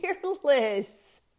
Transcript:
fearless